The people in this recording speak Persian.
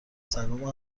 سگامو